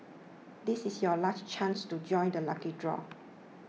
this is your last chance to join the lucky draw